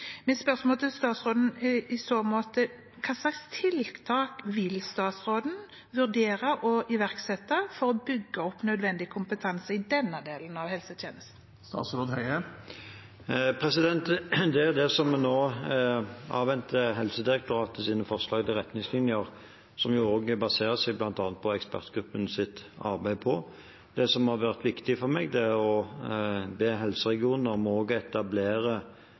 Mitt spørsmål til statsråden er i så måte: Hva slags tiltak vil statsråden vurdere å iverksette for å bygge opp nødvendig kompetanse i denne delen av helsetjenesten? Vi avventer nå Helsedirektoratets forslag til retningslinjer, som bl.a. baserer seg på ekspertgruppens arbeid. Det som har vært viktig for meg, er å be helseregionene om å etablere